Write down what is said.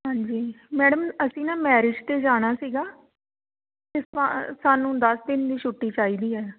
ਹਾਂਜੀ ਮੈਡਮ ਅਸੀਂ ਨਾ ਮੈਰਿਜ 'ਤੇ ਜਾਣਾ ਸੀਗਾ ਸਾਨੂੰ ਦਸ ਦਿਨ ਦੀ ਛੁੱਟੀ ਚਾਹੀਦੀ ਹੈ